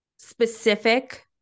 specific